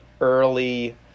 early